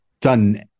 done